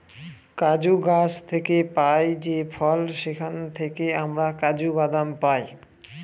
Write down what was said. কাজু গাছ থেকে পাই যে ফল সেখান থেকে আমরা কাজু বাদাম পাই